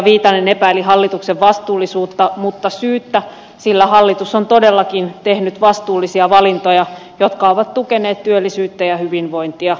viitanen epäili hallituksen vastuullisuutta mutta syyttä sillä hallitus on todellakin tehnyt vastuullisia valintoja jotka ovat tukeneet työllisyyttä ja hyvinvointia